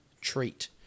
treat